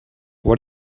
what